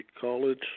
College